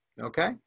okay